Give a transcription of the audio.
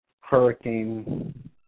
hurricane